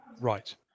right